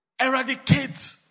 Eradicate